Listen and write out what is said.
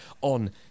on